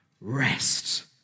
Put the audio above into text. rest